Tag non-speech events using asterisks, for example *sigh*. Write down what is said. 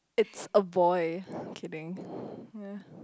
it's a boy *breath* kidding *breath* ya *breath*